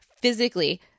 physically